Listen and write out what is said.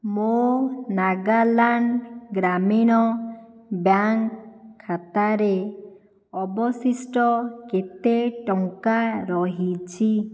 ମୋ ନାଗାଲାଣ୍ଡ ଗ୍ରାମୀଣ ବ୍ୟାଙ୍କ ଖାତାରେ ଅବଶିଷ୍ଟ କେତେ ଟଙ୍କା ରହିଛି